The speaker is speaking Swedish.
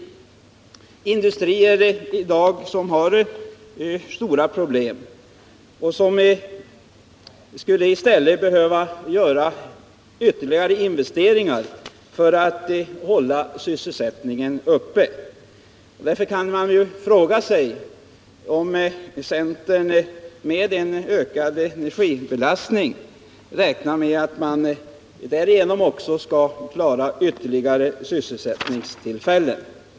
Det är industrier som i dag har stora problem och som skulle behöva göra ytterligare investeringar för att hålla sysselsättningen uppe. Man kan också fråga sig om centern genom en ökad energibeskattning räknar med att kunna klara ytterligare sysselsättningstillfällen.